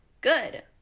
good